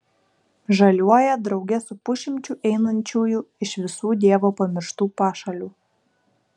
žaliuoja drauge su pusšimčiu einančiųjų iš visų dievo pamirštų pašalių